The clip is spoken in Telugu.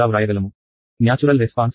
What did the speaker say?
న్యాచురల్ రెస్పాన్స్ ఇది అంతరిస్తుంది